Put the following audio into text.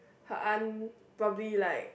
her aunt probably like